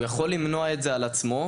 הוא יכול למנוע את זה מעצמו,